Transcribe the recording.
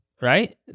right